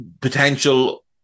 potential